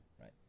right